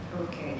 Okay